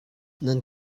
nan